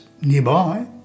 nearby